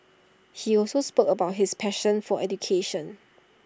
he also spoke about his passion for education